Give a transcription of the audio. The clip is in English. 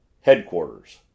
Headquarters